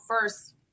first